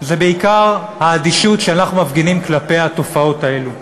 זה בעיקר האדישות שאנחנו מפגינים כלפי התופעות האלה.